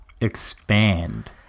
expand